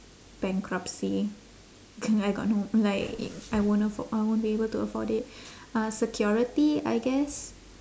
bankruptcy c~ I got no like I won't affo~ I won't be able to afford it uh security I guess